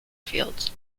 fields